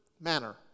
manner